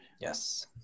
Yes